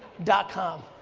dot com.